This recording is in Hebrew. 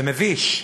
זה מביש.